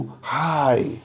high